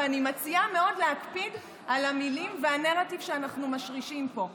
ואני מציעה מאוד להקפיד על המילים והנרטיב שאנחנו משרישים פה.